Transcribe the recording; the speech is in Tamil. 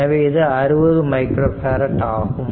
எனவே இது 60 மைக்ரோ பேரட் ஆகும்